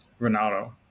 Ronaldo